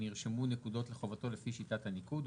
שנרשמו נקודות לחובתו לפי שיטת הניקוד,